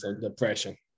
depression